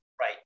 right